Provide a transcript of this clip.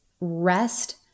rest